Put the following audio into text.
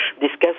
discuss